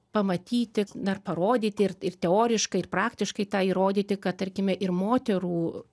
pamatyti dar parodyti ir ir teoriškai ir praktiškai tą įrodyti kad tarkime ir moterų